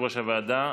יושב-ראש הוועדה,